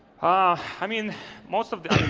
ah i mean most of them,